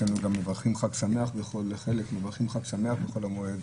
אצלנו גם חלק מברכים חג שמח בחול המועד,